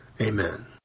Amen